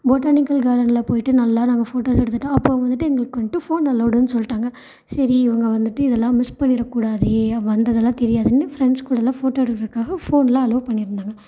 botanical கார்டன்ல போய்ட்டு நல்லா நாங்கள் ஃபோட்டோஸ் எடுத்துட்டு அப்போது அவங்க வந்துட்டு எங்களுக்கு வந்துட்டு ஃபோன் அலவுடுன்னு சொல்லிட்டாங்க சரி இவங்க வந்துட்டு இதெல்லாம் மிஸ் பண்ணிடக்கூடாதே வந்ததெல்லாம் தெரியாதுன்னு ஃப்ரெண்ட்ஸ் கூடல்லாம் ஃபோட்டோ எடுக்கிறதுக்காக ஃபோன்லாம் அலோவ் பண்ணியிருந்தாங்க